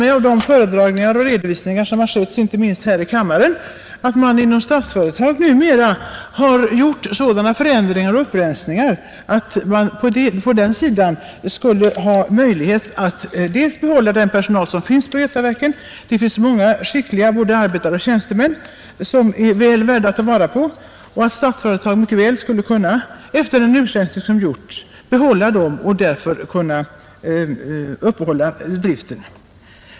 Efter de föredragningar och redovisningar som skett, inte minst här i kammaren, föreställde jag mig att man inom Statsföretag numera har vidtagit sådana förändringar och upprensningar att man skulle ha möjlighet att efter de utfästelser som gjorts behålla den personal som finns på Götaverken, Det finns många skickliga både arbetare och tjänstemän som är väl värda att satsa på — och som kan uppehålla driften.